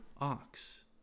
ox